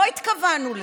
לא התכוונו לזה.